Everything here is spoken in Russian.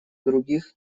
других